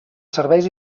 serveis